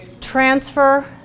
Transfer